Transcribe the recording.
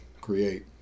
create